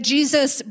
Jesus